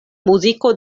muziko